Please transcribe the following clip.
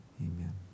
amen